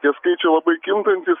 tie skaičiai labai kintantys